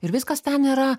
ir viskas ten yra